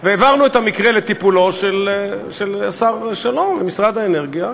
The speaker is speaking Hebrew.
העברנו את המקרה לטיפולו של השר שלום במשרד האנרגיה.